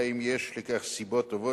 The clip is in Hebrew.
אלא אם כן יש לכך סיבות טובות,